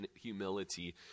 humility